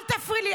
אל תפריעי לי.